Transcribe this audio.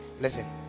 Listen